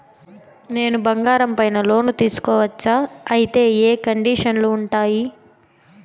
నేను బంగారం పైన లోను తీసుకోవచ్చా? అయితే ఏ కండిషన్లు ఉంటాయి?